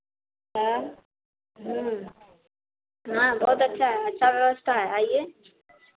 हाँ हाँ बहुत अच्छा है अच्छा व्यवस्था है आइये